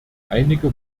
einige